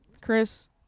chris